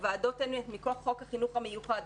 הוועדות הן מכוח חוק החינוך המיוחד.